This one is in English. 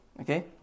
Okay